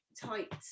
tight